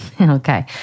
Okay